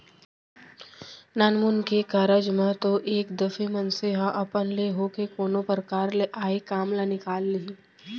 नानमुन के कारज म तो एक दफे मनसे ह अपन ले होके कोनो परकार ले आय काम ल निकाल लिही